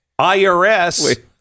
IRS